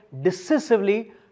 decisively